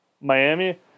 Miami